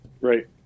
Right